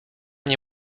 nie